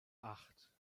acht